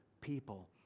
people